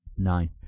Nine